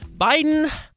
Biden